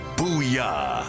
Booyah